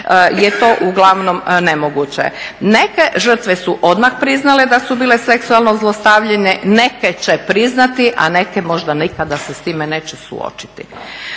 je to uglavnom nemoguće. Neke žrtve su odmah priznale da su bile seksualno zlostavljane, neke će priznati, a neke možda nikada se s time neće suočiti.